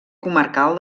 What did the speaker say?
comarcal